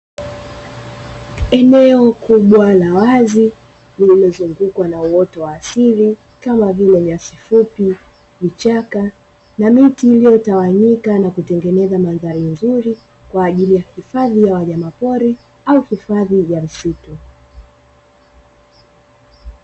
Eneo kubwa la wazi lililozungukwa na uoto wa asili kama vile: nyasi fupi, vichaka na miti; iliyotawanyika na kutengeneza mandhari nzuri kwa ajili ya hifadhi ya wanyamapori au hifadhia ya misitu.